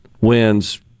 wins